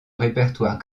répertoire